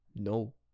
No